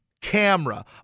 Camera